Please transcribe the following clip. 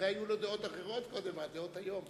נראה שהיו לו קודם דעות אחרות מהדעות היום.